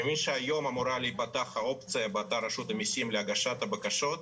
אני מבין שהיום אמורה להיפתח האופציה באתר רשות המיסים להגשת הבקשות,